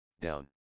down